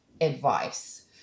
advice